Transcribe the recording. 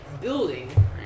building